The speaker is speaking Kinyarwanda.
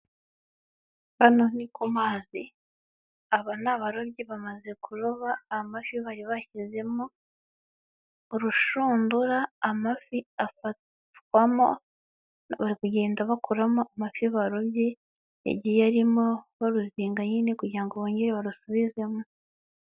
Hano ni ku mazi aba ni abarobyi bamaze kuroba amafi bari bashyizemo urushundura amafi afatwamo, bari kugenda bakuramo amafi barobye agiye arimo baruzinga nyine kugirango bongere barusubizemo.